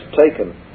taken